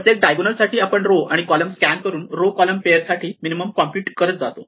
प्रत्येक डायगोनल साठी आपण रो आणि कॉलम स्कॅन करून रो कॉलम पेयर साठी मिनिमम कॉम्प्युट करत जातो